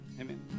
Amen